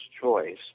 choice